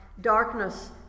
darkness